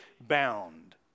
bound